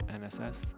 nss